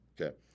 okay